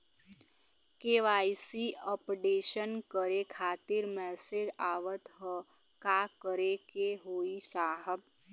KYC updation करें खातिर message आवत ह का करे के होई साहब?